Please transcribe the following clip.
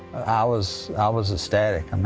was was estatic. i mean